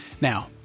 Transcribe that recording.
Now